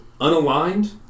Unaligned